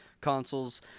consoles